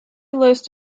list